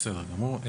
בסדר גמור.